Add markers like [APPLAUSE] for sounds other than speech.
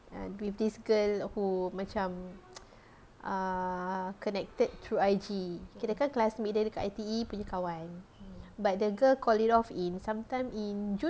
ah with this girl who macam [NOISE] err connected through I_G kirakan classmate dia dekat I_T_E punya kawan but the girl call it off in some time in june